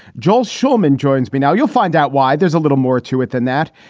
joel schulman joins me now. you'll find out why there's a little more to it than that.